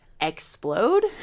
explode